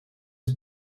het